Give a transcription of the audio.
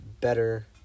better